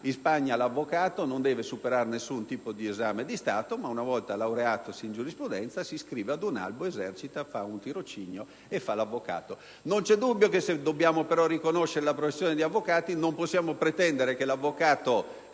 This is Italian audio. In Spagna l'avvocato non deve superare alcun tipo di esame di Stato: una volta laureatosi in giurisprudenza, si iscrive ad un albo, esercita, fa un tirocinio e svolge la professione di avvocato. Non c'è dubbio che se dobbiamo riconoscere la professione di avvocato non possiamo pretendere che l'avvocato